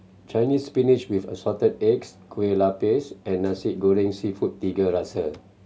Chinese Spinach with Assorted Eggs Kueh Lopes and Nasi Goreng Seafood Tiga Rasa